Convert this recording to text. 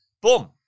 boom